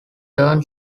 turn